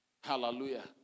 Hallelujah